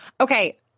Okay